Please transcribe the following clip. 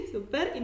Super